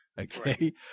Okay